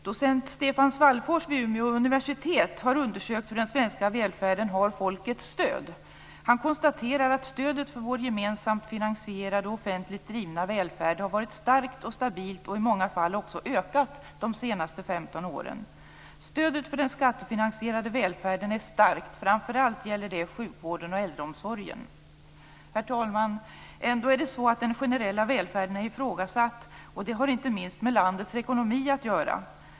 Docent Stefan Svallfors vid Umeå universitet har undersökt hur den svenska välfärden har folkets stöd. Han konstaterar att stödet för vår gemensamt finansierade och offentligt drivna välfärd har varit starkt och stabilt och i många fall också ökat de senaste 15 åren. Stödet för den skattefinansierade välfärden är starkt, och framför allt gäller det beträffande sjukvården och äldreomsorgen. Herr talman! Ändå är den generella välfärden ifrågasatt, och det har inte minst med landets ekonomi att göra.